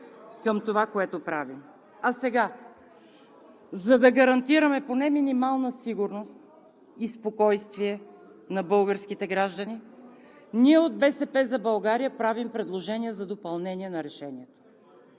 към това, което правим. А сега, за да гарантираме поне минимална сигурност и спокойствие на българските граждани, ние от „БСП за България“ правим предложение за допълнение на Решението,